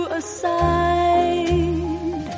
aside